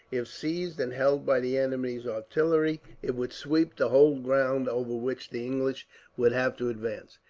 if seized and held by the enemy's artillery, it would sweep the whole ground over which the english would have to advance.